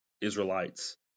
Israelites